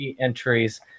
entries